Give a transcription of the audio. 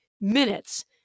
minutes